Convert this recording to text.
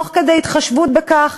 תוך התחשבות בכך,